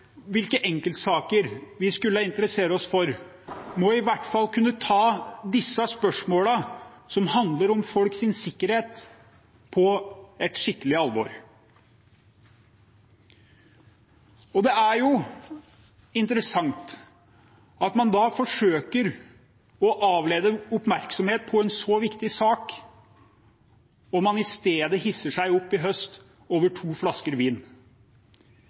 hvilke enkeltsaker vi skulle interessere oss for – må i hvert fall kunne ta de spørsmålene som handler om folks sikkerhet, på skikkelig alvor. Det er interessant at man forsøker å avlede oppmerksomheten i en så viktig sak – og i stedet hisset seg opp i høst over to flasker vin.